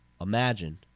imagine